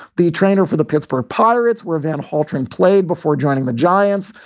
the trainer for the pittsburgh pirates were van hultgren, played before joining the giants,